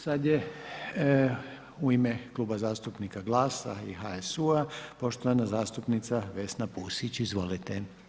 Sad je u ime Kluba zastupnika GLAS-a i HSU-u poštovana zastupnica Vesna Pusić, izvolite.